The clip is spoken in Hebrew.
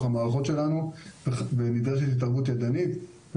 המערכות שלנו ונדרשת התערבות ידנית.